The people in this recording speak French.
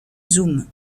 zoom